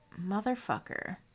motherfucker